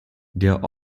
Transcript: der